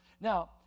Now